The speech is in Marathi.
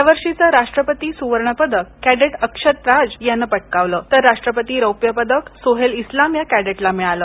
या वर्षीचं राष्ट्रपती सुवर्ण पदक कॅडेट अक्षत राज यानं पटकावलं तर राष्ट्रपती रौप्य पदक सोहेल इस्लाम या कॅंडेटला मिळालं